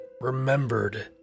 remembered